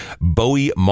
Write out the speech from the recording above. Bowie